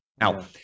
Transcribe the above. Now